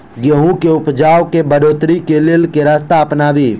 गेंहूँ केँ उपजाउ केँ बढ़ोतरी केँ लेल केँ रास्ता अपनाबी?